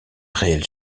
réel